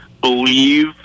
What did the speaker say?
believe